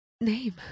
Name